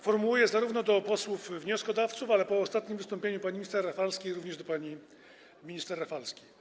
Formułuję pytanie do posłów wnioskodawców, ale po ostatnim wystąpieniu pani minister Rafalskiej - również do pani minister Rafalskiej.